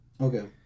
Okay